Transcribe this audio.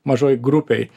mažoj grupėj